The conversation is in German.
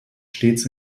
stets